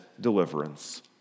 deliverance